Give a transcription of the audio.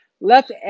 left